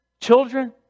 children